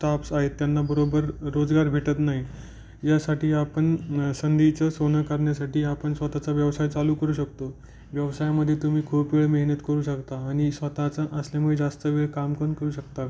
staffs आहेत त्यांना बरोबर रोजगार भेटत नाही यासाठी आपण संधीचं सोनं करण्यासाठी आपण स्वतःचा व्यवसाय चालू करू शकतो व्यवसायामध्ये तुम्ही खूप वेळ मेहनत करू शकता आणि स्वतःचा असल्यामुळे जास्त वेळ काम पण करू शकता